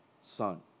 son